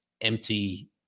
empty